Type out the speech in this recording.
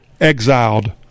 exiled